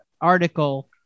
article